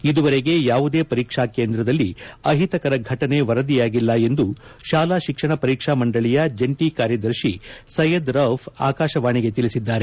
ಇದುವರೆಗೆ ಯಾವುದೇ ಪರೀಕ್ಷಾ ಕೇಂದ್ರದಲ್ಲಿ ಅಹಿತಕರ ಘಟನೆ ವರದಿಯಾಗಿಲ್ಲ ಎಂದು ಶಾಲಾ ಶಿಕ್ಷಣ ಪರೀಕ್ಷಾ ಮಂದಳಿಯ ಜಂಟಿ ಕಾರ್ಯದರ್ಶಿ ಸೈಯದ್ ರೌಫ್ ಆಕಾಶವಾಣಿಗೆ ತಿಳಿಸಿದ್ದಾರೆ